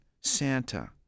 Santa